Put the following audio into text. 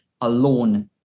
alone